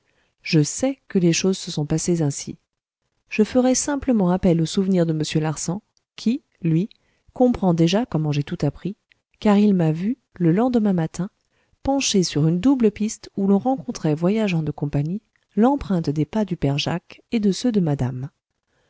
je sais que les choses se sont passées ainsi je ferai simplement appel aux souvenirs de m larsan qui lui comprend déjà comment j'ai tout appris car il m'a vu le lendemain matin penché sur une double piste où l'on rencontrait voyageant de compagnie l'empreinte des pas du père jacques et de ceux de madame